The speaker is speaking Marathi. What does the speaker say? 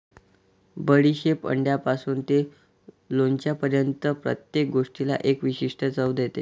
बडीशेप अंड्यापासून ते लोणच्यापर्यंत प्रत्येक गोष्टीला एक विशिष्ट चव देते